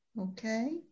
Okay